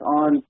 on